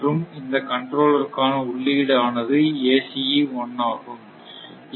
மற்றும் இந்த கண்ட்ரோல்லேருக்கான உள்ளீடு ஆனது ACE 1 ஆகும்